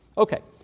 okay,